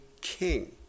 king